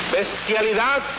bestialidad